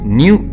new